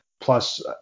plus